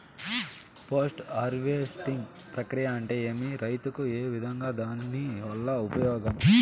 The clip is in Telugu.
పోస్ట్ హార్వెస్టింగ్ ప్రక్రియ అంటే ఏమి? రైతుకు ఏ విధంగా దాని వల్ల ఉపయోగం?